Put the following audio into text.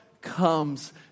comes